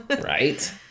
Right